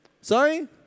Sorry